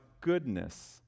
goodness